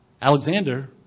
Alexander